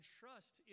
trust